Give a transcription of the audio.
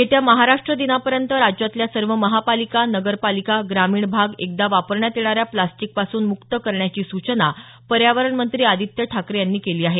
येत्या महाराष्ट्र दिनापर्यंत राज्यातल्या सर्व महापालिका नगरपालिका ग्रामीण भाग एकदा वापरण्यात येणाऱ्या प्लास्टिकपासून मुक्त करण्याची सूचना पर्यावरण मंत्री आदित्य ठाकरे यांनी दिली आहे